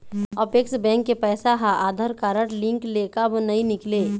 Apex bank के पैसा हा आधार कारड लिंक ले काबर नहीं निकले?